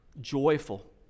joyful